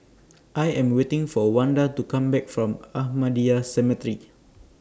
I Am waiting For Wanda to Come Back from Ahmadiyya Cemetery